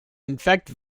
infect